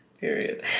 Period